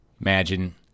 Imagine